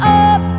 up